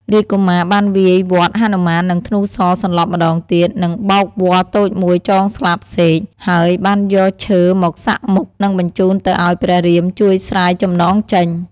រាជកុមារបានវាយវាត់ហនុមាននឹងធ្នូសរសន្លប់ម្តងទៀតនិងបោចវល្លិ៍តូចមួយចងស្លាបសេក ហើយបានយកឈើមកសាក់មុខ និងបញ្ជូនទៅអោយព្រះរាមជួយស្រាយចំណងចេញ។